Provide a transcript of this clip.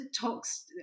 talks